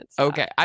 Okay